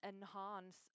enhance